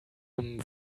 nicht